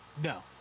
No